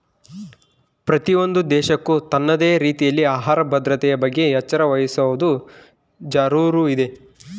ಪ್ರತಿಯೊಂದು ದೇಶಕ್ಕೂ ತನ್ನದೇ ರೀತಿಯಲ್ಲಿ ಆಹಾರ ಭದ್ರತೆಯ ಬಗ್ಗೆ ಎಚ್ಚರ ವಹಿಸುವದು ಜರೂರು ಇದೆ